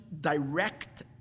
direct